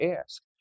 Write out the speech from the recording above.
ask